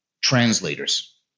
Translators